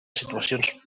situacions